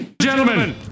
Gentlemen